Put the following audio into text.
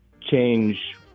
change